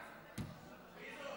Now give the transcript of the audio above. מי זאת?